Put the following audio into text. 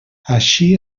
així